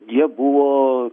jie buvo